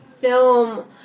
film